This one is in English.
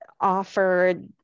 offered